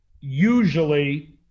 usually